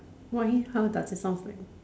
why how does he sound like